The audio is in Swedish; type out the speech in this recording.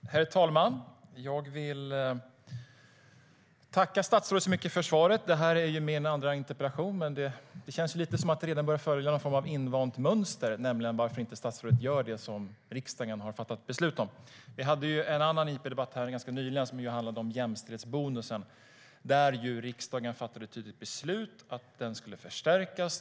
Herr talman! Jag vill tacka statsrådet så mycket för svaret. Det här är min andra interpellation, men det känns lite som att det redan börjar följa någon form av invant mönster: Varför gör inte statsrådet det som riksdagen har fattat beslut om? Vi hade en annan interpellationsdebatt ganska nyligen som handlade om jämställdhetsbonusen. Riksdagen fattade ett tydligt beslut om att den skulle förstärkas.